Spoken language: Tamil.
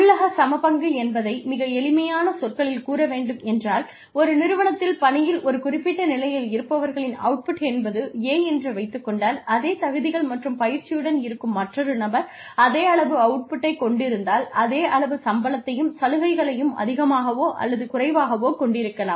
உள்ளக சமபங்கு என்பதை மிக எளிமையான சொற்களில் கூற வேண்டும் என்றால் ஒரு நிறுவனத்தில் பணியில் ஒரு குறிப்பிட்ட நிலையில் இருப்பவர்களின் அவுட்புட் என்பது A என்று வைத்துக் கொண்டால் அதே தகுதிகள் மற்றும் பயிற்சியுடன் இருக்கும் மற்றொரு நபர் அதே அளவு அவுட்புட்டை கொண்டிருந்தால் அதே அளவு சம்பளத்தையும் சலுகைகளையும் அதிகமாகவோ அல்லது குறைவாகவோ கொண்டிருக்கலாம்